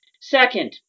Second